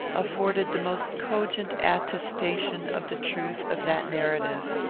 afforded the most cogent attestation of the truth of that narrative.